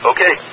Okay